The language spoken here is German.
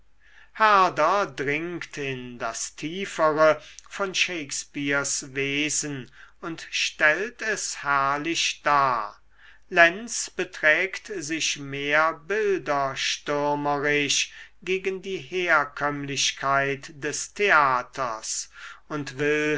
herder dringt in das tiefere von shakespeares wesen und stellt es herrlich dar lenz beträgt sich mehr bilderstürmerisch gegen die herkömmlichkeit des theaters und will